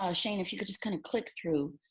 ah shane, if you could just kind of click through.